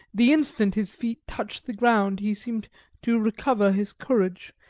the instant his feet touched the ground he seemed to recover his courage,